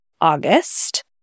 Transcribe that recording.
August